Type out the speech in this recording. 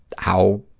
how